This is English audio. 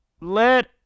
let